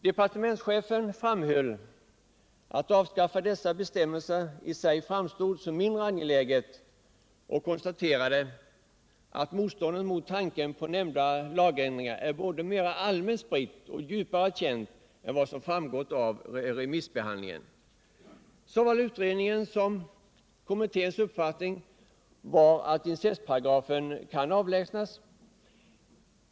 Departementschefen framhöll att ett avskaffande av dessa bestämmelser i sig framstår som mindre angeläget och konstaterade, att motståndet mot tanken på den nämnda lagändringen är både mera allmänt spritt och djupare känt än vad som framgått av remissbehandlingen. Såväl utredningens som kommitténs uppfattning var att incestparagrafen kan avlägsnas.